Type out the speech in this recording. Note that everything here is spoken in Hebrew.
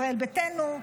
ישראל ביתנו,